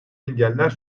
engeller